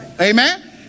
Amen